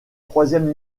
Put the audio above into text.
troisième